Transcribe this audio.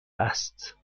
است